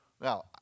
Now